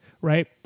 right